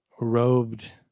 robed